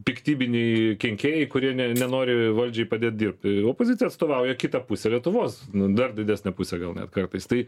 piktybiniai kenkėjai kurie ne nenori valdžiai padėt dirbt opozicija atstovauja kitą pusę lietuvos dar didesnę pusę gal net kartais tai